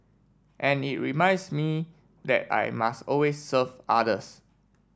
and it reminds me that I must always serve others